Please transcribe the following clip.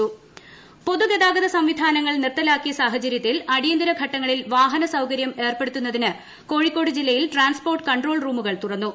Kozhikode control room പൊതുഗതാഗത സംവിധാനങ്ങൾ നിർത്തലാക്കിയ സാഹചര്യത്തിൽ അടിയന്തിര ഘട്ടങ്ങളിൽ വാഹന സൌകര്യം ഏർപ്പെടുത്തുന്നതിന് കോഴിക്കോട് ജില്ലയിൽ ട്രാൻപോർട്ട് കൺട്രോൾ റൂമുകൾ തുറന്നു